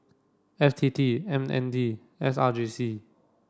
F T T M N D S R G C